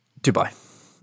Dubai